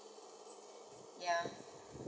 ya